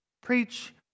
preach